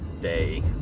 day